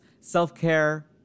Self-care